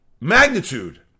magnitude